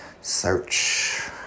search